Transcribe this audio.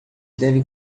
deve